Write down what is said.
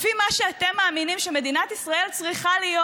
לפי מה שאתם מאמינים שמדינת ישראל צריכה להיות.